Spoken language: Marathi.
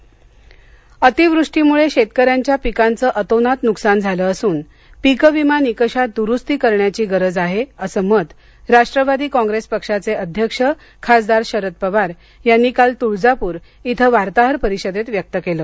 पवार तळजापर उस्मानावाद अतिवृष्टीमुळे शेतकऱ्यांच्या पिकांचं अतोनात नुकसान झालं असून पिक विमा निकषात दुरुस्ती करण्याची गरज आहे असं मत राष्ट्रवादी काँप्रेस पक्षाचे अध्यक्ष खासदार शरद पवार यांनी काल तुळजापूर इथं वार्ताहर परिषदेत व्यक्त केलं